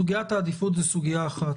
סוגיית העדיפות זאת סוגיה אחת.